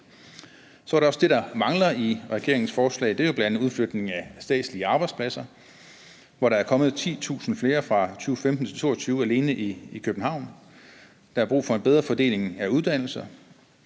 det, der mangler i regeringens forslag. Det er jo bl.a. udflytning af statslige arbejdspladser. Der er kommet 10.000 flere fra 2015-2022 alene i København. Der er brug for en bedre fordeling af uddannelser.